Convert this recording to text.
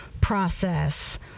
process